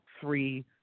three